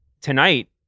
tonight